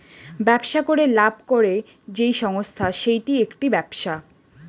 ব্যবসা করে লাভ করে যেই সংস্থা সেইটা একটি ব্যবসা